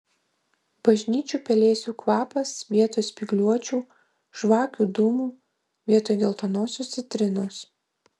bažnyčių pelėsių kvapas vietoj spygliuočių žvakių dūmų vietoj geltonosios citrinos